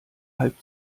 halb